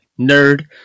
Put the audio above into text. Nerd